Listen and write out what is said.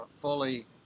fully